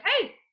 hey